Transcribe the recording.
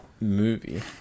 movie